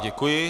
Děkuji.